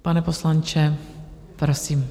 Pane poslanče, prosím.